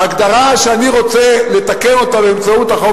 ההגדרה שאנחנו רוצים לתקן באמצעות החוק